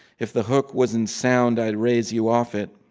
if the hook was in sound, i'd raise you off it,